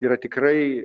yra tikrai